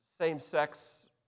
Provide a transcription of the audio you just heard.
same-sex